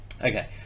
okay